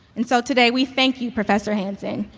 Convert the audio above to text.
and so today, we thank you, professor hanson,